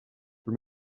for